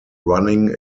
running